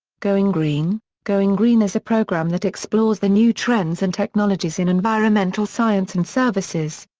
going green going green is a program that explores the new trends and technologies in environmental science and services.